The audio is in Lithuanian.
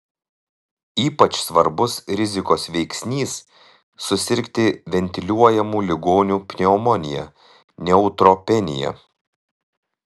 ypač svarbus rizikos veiksnys susirgti ventiliuojamų ligonių pneumonija neutropenija